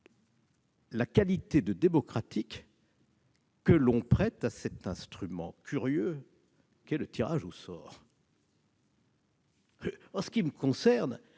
la qualité démocratique que l'on prête à cet instrument curieux qu'est le tirage au sort. En ce qui me concerne,